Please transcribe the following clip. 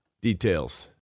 Details